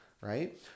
right